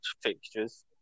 fixtures